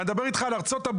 אני מדבר איתך על ארה"ב,